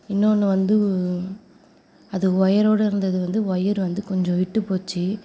இன்னொன்று வந்து அது ஓயரோட இருந்தது வந்து ஒயர் வந்து கொஞ்சம் விட்டுப்போச்சு